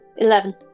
Eleven